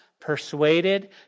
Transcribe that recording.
persuaded